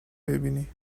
ببینی